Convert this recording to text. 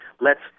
lets